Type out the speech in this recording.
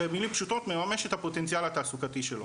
במילים פשוטות מממש את הפוטנציאל התעסוקתי שלו,